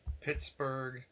Pittsburgh